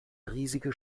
riesige